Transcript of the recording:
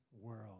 world